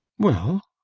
well,